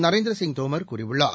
நரேந்திர சிங் தோமர் கூறியுள்ளார்